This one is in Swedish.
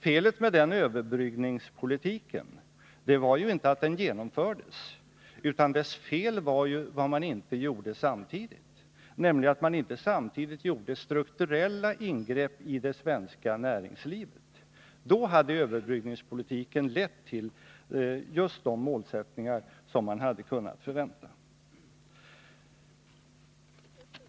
Felet med den överbryggningspolitiken var ju inte att den genomfördes, utan dess fel var vad man inte gjorde samtidigt, nämligen att man inte gjorde strukturella ingrepp i det svenska näringslivet. Då hade överbryggningspolitiken lett till just de mål som man hade bort förvänta.